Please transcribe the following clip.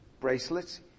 bracelets